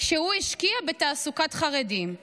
שהוא השקיע בתעסוקת חרדים.